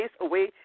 away